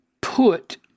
put